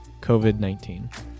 COVID-19